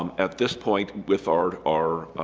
um at this point with our our